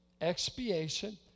expiation